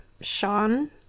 Sean